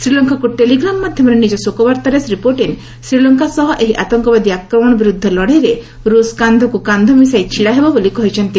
ଶ୍ରୀଲଙ୍କାକ୍ telegram ମାଧ୍ୟମରେ ନିଜ ଶୋକବାର୍ତ୍ତାରେ ଶ୍ରୀ ପ୍ରଟିନ୍ ଶ୍ରୀଲଙ୍କା ସହ ଏହି ଆତଙ୍କବାଦୀ ଆକ୍ରମଣ ବିରୁଦ୍ଧ ଲଢେଇରେ କାନ୍ଧକୁ କାନ୍ଧ ମିଶାଇ ଛିଡା ହେବ ବୋଲି କହିଛନ୍ତି